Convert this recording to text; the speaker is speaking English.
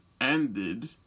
ended